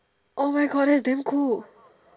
oh my God that is damn cool